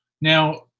Now